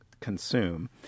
consume